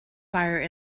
fire